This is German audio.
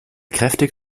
kräftig